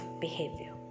behavior